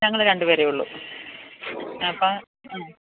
ഞങ്ങള് രണ്ടു പേരേ ഉള്ളൂ അപ്പോള് മ്